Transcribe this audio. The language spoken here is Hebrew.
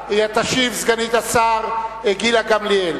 תשיב סגנית השר גילה גמליאל.